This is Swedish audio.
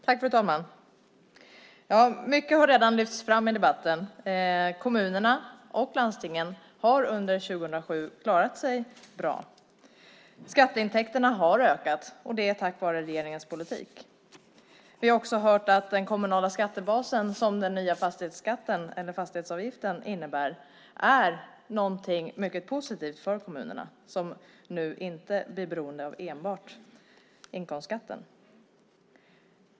Fru talman! Mycket har redan lyfts fram i debatten. Kommunerna och landstingen har under 2007 klarat sig bra. Skatteintäkterna har ökat, och det är tack vare regeringens politik. Vi har också hört att den kommunala skattebasen, som den nya fastighetsskatten eller fastighetsavgiften innebär, är någonting mycket positivt för kommunerna som nu inte blir beroende av enbart inkomstskatten.